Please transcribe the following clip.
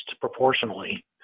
proportionally